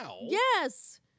Yes